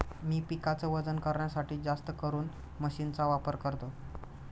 मी पिकाच वजन करण्यासाठी जास्तकरून मशीन चा वापर करतो